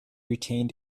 retained